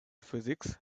physics